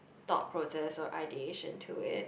thought process of ideation to it